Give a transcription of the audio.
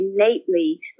innately